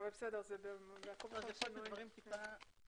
הגוף הציבורי שנותן את